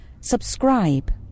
Subscribe